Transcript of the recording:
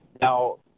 Now